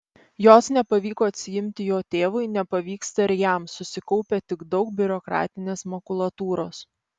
jos nepavyko atsiimti jo tėvui nepavyksta ir jam susikaupia tik daug biurokratinės makulatūros